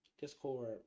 Discord